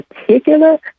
particular